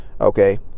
okay